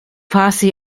quasi